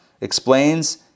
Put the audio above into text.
explains